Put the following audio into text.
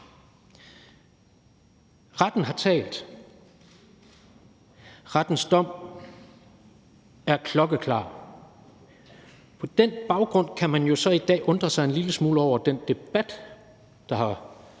Retten har talt. Rettens dom er klokkeklar. På den baggrund kan man jo så i dag undre sig en lille smule over den debat, der har